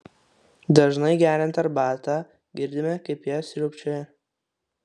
dažnai geriant arbatą girdime kaip ją sriubčioja